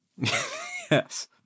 Yes